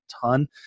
ton